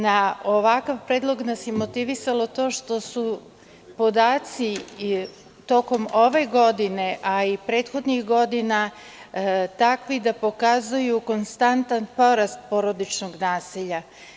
Na ovakav predlog nas je motivisalo to što su podaci tokom ove godine, a i prethodnih godina takvi da pokazuju konstantan porast porodičnog nasilja.